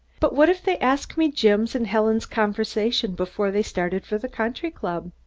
but what if they ask me jim's and helen's conversation before they started for the country-club?